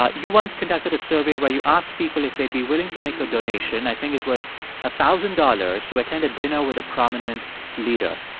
ah you once conducted a survey where you asked people if they'd be willing to make a donation. i think it was a thousand dollars to attend a dinner with a prominent leader.